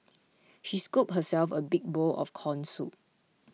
she scooped herself a big bowl of Corn Soup